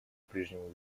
прежнему